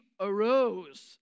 arose